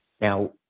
Now